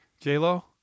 J-Lo